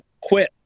quit